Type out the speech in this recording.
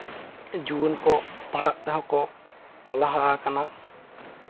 ᱡᱩᱣᱟᱹᱱ ᱠᱚ ᱯᱟᱲᱦᱟᱜ ᱛᱮᱦᱚᱸ ᱠᱚ ᱞᱟᱦᱟ ᱟᱠᱟᱱᱟ